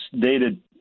dated